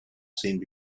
seemed